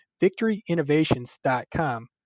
victoryinnovations.com